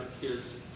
kids